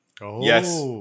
Yes